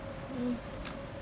mm